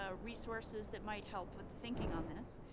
ah resources that might help with the thinking on this.